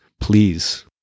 Please